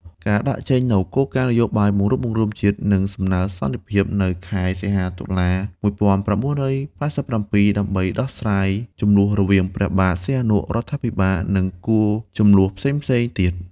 ការដាក់ចេញនូវគោលនយោបាយបង្រួបបង្រួមជាតិ និងសំណើសន្តិភាព នៅខែ សីហា តុលា ១៩៨៧ ដើម្បីដោះស្រាយ ជំលោះរវាងព្រះបាទ សីហនុ រដ្ឋាភិបាល និង គួរ ជំលោះផ្សេងៗទៀត។